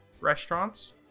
restaurants